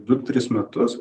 du tris metus